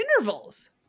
intervals